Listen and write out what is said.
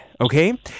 Okay